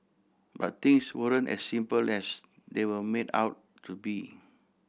but things weren't as simple as they were made out to be